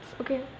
okay